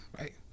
Right